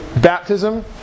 baptism